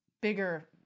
bigger